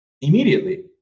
immediately